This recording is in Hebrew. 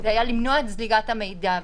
הייתה צנזורה על הדיונים?